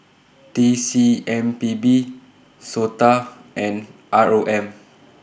T C M P B Sota and R O M